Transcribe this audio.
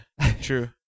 true